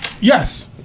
yes